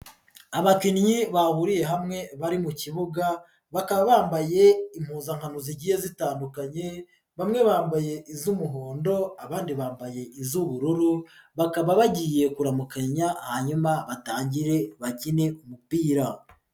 Abakinnyi bahuriye hamwe bari mu kibuga, bakaba bambaye impuzankano zigiye zitandukanye, bamwe bambaye iz'umuhondo, abandi bambaye iz'ubururu, bakaba bagiye kuramukanya, hanyuma batangire bakine umupira.